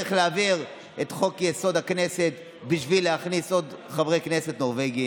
צריך להעביר את חוק-יסוד: הכנסת בשביל להכניס עוד חברי כנסת נורבגיים,